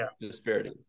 disparity